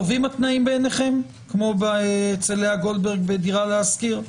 טובים התנאים בעיניכם כמו אצל לאה גולדברג בדירה להשכיר?